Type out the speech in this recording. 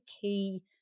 key